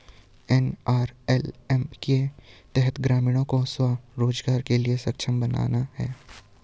NRLM के तहत ग्रामीणों को स्व रोजगार के लिए सक्षम बनाना है